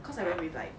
cause I went with like